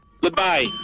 Goodbye